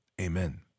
Amen